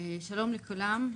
שלום לכולם,